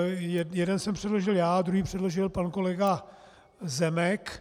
Jeden návrh jsem předložil já, druhý předložil pan kolega Zemek.